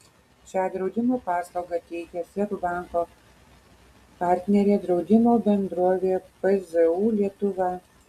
šią draudimo paslaugą teikia seb banko partnerė draudimo bendrovė pzu lietuva